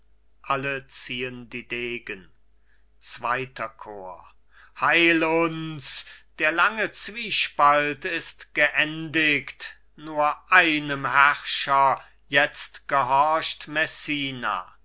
alle ziehen den degen zweiter chor bohemund heil uns der lange zwiespalt ist geendigt nur einem herrscher jetzt gehorcht